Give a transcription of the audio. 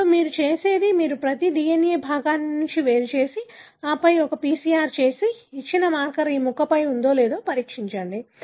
ఇప్పుడు మీరు చేసేది మీరు ప్రతి DNA భాగాన్ని మీరు వేరుచేసి ఆపై ఒక PCR చేసి ఇచ్చిన మార్కర్ ఈ ముక్కపై ఉందో లేదో పరీక్షించండి